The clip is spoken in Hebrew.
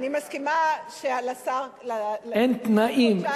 אני מסכימה לשר, אין תנאים.